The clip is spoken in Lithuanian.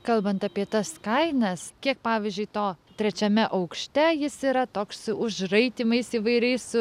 kalbant apie tas kainas kiek pavyzdžiui to trečiame aukšte jis yra toks su užraitymais įvairiais